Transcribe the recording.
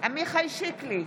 עמיחי שיקלי,